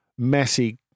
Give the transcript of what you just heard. Messi